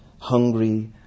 hungry